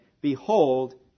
Behold